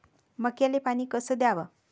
मक्याले पानी कस द्याव?